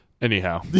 Anyhow